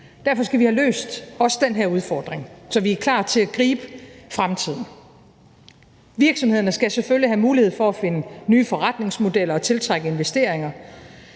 Derfor skal vi have løst også den her udfordring, så vi er klar til at gribe fremtiden. Virksomhederne skal selvfølgelig have mulighed for at finde nye forretningsmodeller og tiltrække investeringer,